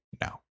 no